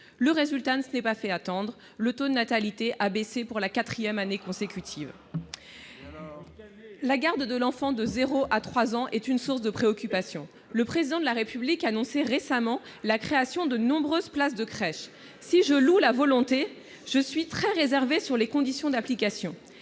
Le résultat ne s'est pas fait attendre : le taux de natalité a baissé pour la quatrième année consécutive. La garde de l'enfant de zéro à trois ans est une source de préoccupation. Le Président de la République annonçait récemment la création de nombreuses places de crèche. Si je loue la volonté exprimée, je suis très réservée sur les conditions d'application